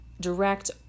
direct